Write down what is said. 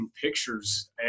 pictures